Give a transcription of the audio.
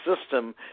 system